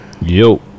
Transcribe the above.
Yo